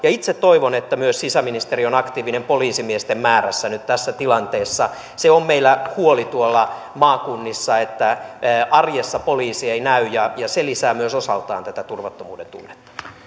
olla itse toivon että myös sisäministeri on aktiivinen poliisimiesten määrässä nyt tässä tilanteessa se on meillä huoli tuolla maakunnissa että arjessa poliisi ei näy ja se lisää myös osaltaan tätä turvattomuuden tunnetta